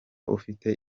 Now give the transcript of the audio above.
ufite